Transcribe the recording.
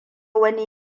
wani